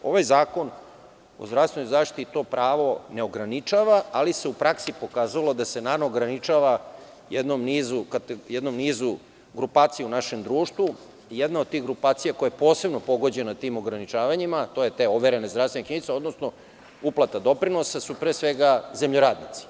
Ovaj zakon o zdravstvenoj zaštiti to pravo ne ograničava, ali se u praksi pokazalo da se nama ograničava jednom nizu grupacija u našem društvu i jedna od tih grupacija koja je posebno pogođena tim ograničavanjima, to su te overene zdravstvene knjižice, odnosno uplata doprinosa su pre svega zemljoradnici.